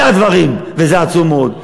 אלו הדברים, וזה עצוב מאוד.